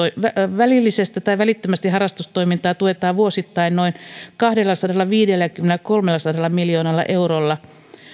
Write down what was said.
välillisesti tai välittömästi harrastustoimintaa tuetaan vuosittain noin kahdellasadallaviidelläkymmenelläkolmella miljoonalla eurolla